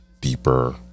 deeper